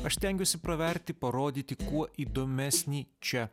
aš stengiuosi praverti parodyti kuo įdomesnį čia